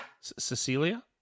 Cecilia